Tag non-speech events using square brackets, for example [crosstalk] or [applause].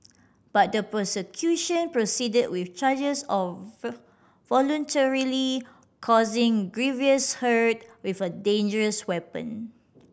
but the prosecution proceeded with charges of [unintelligible] voluntarily causing grievous hurt with a dangerous weapon